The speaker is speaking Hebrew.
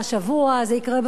זה יקרה בשבוע הבא.